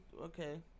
Okay